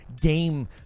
game